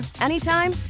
anytime